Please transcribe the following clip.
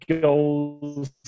goals